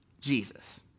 Jesus